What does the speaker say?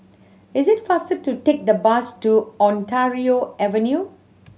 is it faster to take the bus to Ontario Avenue